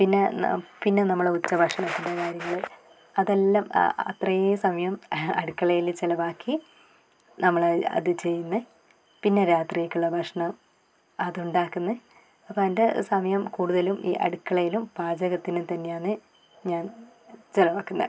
പിന്നെ നാം പിന്നെ നമ്മൾ ഉച്ചഭക്ഷണത്തിൻ്റെ കാര്യങ്ങൾ അതെല്ലാം അത്രയും സമയം അടുക്കളയിൽ ചിലവാക്കി നമ്മൾ അത് ചെയ്യുന്നത് പിന്നെ രാത്രിയിലേക്കുള്ള ഭക്ഷണം അത് ഉണ്ടാക്കുന്നത് അപ്പം എൻ്റെ സമയം കൂടുതലും ഈ അടുക്കളയിലും പാചകത്തിനും തന്നെയാണ് ഞാൻ ചിലവാക്കുന്നത്